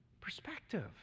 Perspective